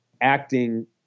acting